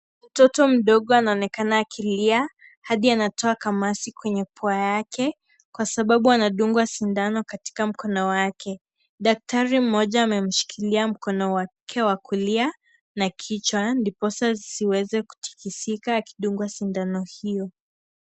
Mtoto mdogo anaonekana akilia hadi anatoa kamasi kwenye pua yake, kwa sababu anadungwa sindano katika mkono wake. Daktari mmoja amemshikilia mkono wake wa kulia, na kichwa ndiposa asiweza kutikizika akidungwa shindano hiyo.